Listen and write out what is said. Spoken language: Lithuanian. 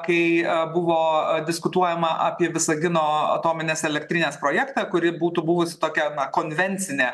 kai buvo a diskutuojama apie visagino atominės elektrinės projektą kuri būtų buvusi tokia konvencinė